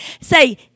Say